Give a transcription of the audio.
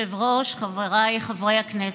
חבריי חברי הכנסת,